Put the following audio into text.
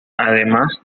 además